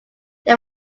they